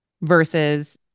versus